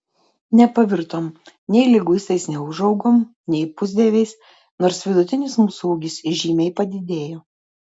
nepavirtom nei liguistais neūžaugom nei pusdieviais nors vidutinis mūsų ūgis žymiai padidėjo